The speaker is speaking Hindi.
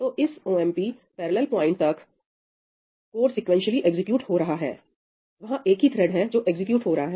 तो इस omp पैरेलल पॉइंट तक कोड सीक्वेंशियली एग्जीक्यूट हो रहा है वहां एक ही थ्रेड है जो एग्जीक्यूट हो रहा है